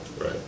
Right